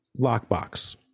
lockbox